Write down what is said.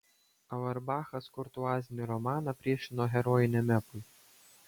auerbachas kurtuazinį romaną priešino herojiniam epui